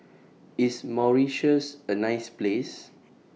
IS Mauritius A nice Place